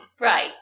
Right